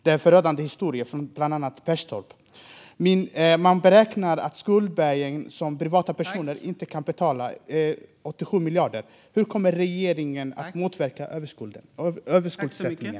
Det var förödande historier, bland annat från Perstorp. Man beräknar att skuldberget som privatpersoner inte kan betala är 87 miljarder. Hur kommer regeringen att motverka överskuldsättningen?